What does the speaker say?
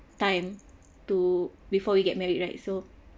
time to before you get married right so